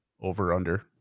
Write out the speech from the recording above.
over-under